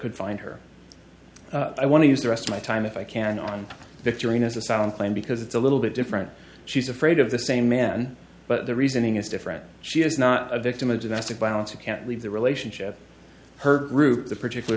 could find her i want to use the rest of my time if i can on that during a sound plan because it's a little bit different she's afraid of the same man but the reasoning is different she is not a victim of domestic violence you can't leave the relationship her group the particular